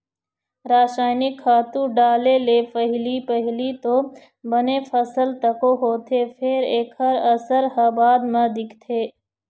रसइनिक खातू डाले ले पहिली पहिली तो बने फसल तको होथे फेर एखर असर ह बाद म दिखथे